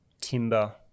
timber